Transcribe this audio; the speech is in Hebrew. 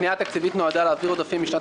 הפנייה התקציבית נועדה להעביר עודפים משנת